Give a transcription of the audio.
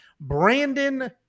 Brandon